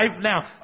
now